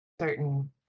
certain